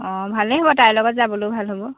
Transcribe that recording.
অঁ ভালেই হ'ব তাইৰ লগত যাবলৈও ভাল হ'ব